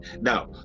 Now